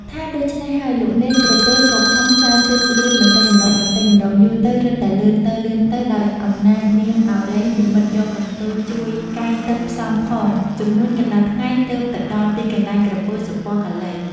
ថាដូច្នេះហើយ លោកនេនក្រពើក៏ខំចែវទូកលឿនបន្តិចម្តងៗ យូរទៅរឹតតែលឿនឡើងៗ ដោយអំណាចនាងឱរ៉ៃ និម្មិតយកកន្ទុយជួយកាយទឹកផ្សំផង ចំនួនកន្លះថ្ងៃទើបទៅដល់ទីកន្លែង ក្រពើ សុពណ៌កាឡី ។